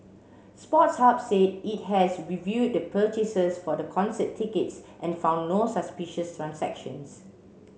Sports Hub said it has reviewed the purchases for the concert tickets and found no suspicious transactions